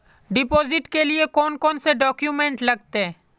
Deposit के लिए कौन कौन से डॉक्यूमेंट लगते?